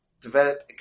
develop